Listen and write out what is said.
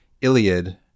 Iliad